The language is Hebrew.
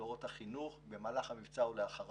במסגרות החינוך במהלך המבצע ולאחריו.